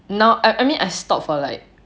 now I I mean I stop for like